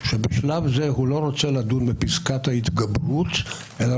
שבשלב זה הוא לא רוצה לדון בפסקת ההתגברות אלא